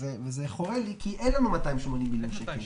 וזה חורה לי כי אין לנו 280 מיליון שקל.